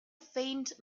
faint